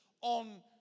on